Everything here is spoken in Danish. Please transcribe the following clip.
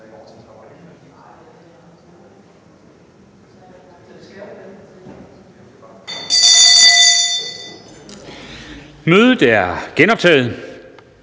Mødet er genoptaget.